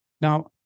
Now